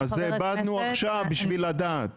אז באנו עכשיו בשביל לדעת.